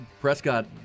Prescott